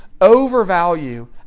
overvalue